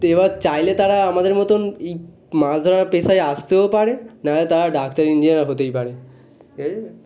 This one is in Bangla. তো এবার চাইলে তারা আমাদের মতন এই মাছ ধরার পেশায় আসতেও পারে না হলে তারা ডাক্তার ইঞ্জিনিয়ার হতেই পারে